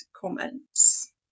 comments